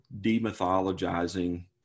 demythologizing